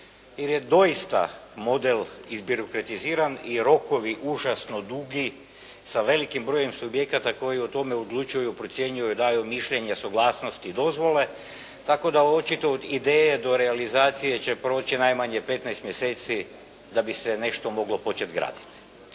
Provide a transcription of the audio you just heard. jer je doista model izbirokratiziran i rokovi užano dugi sa velikim brojem subjekata koji o tome odlučuju, procjenjuju, daju mišljenja, suglasnost i dozvole, tako da očito od ideje do realizacije će proći najmanje 15 mjeseci da bi se nešto moglo početi graditi.